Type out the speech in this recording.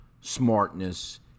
smartness